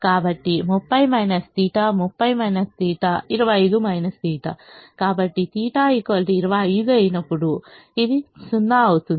కాబట్టి 30 θ 30 θ 25 θ కాబట్టి θ 25 అయినప్పుడు ఇది 0 అవుతుంది